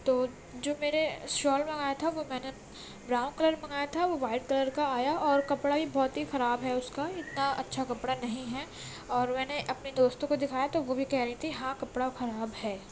تو جو میں نے شال منگایا تھا وہ میں نے براؤن کلر منگایا تھا وہ وائٹ کلر کا آیا اور کپڑا ہی بہت ہی خراب ہے اُس کا اتنا اچھا کپڑا نہیں ہے اور میں نے اپنے دوستوں کو دکھایا تو وہ بھی کہہ رہی تھیں ہاں کپڑا خراب ہے